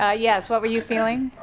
ah yes what were you feeling?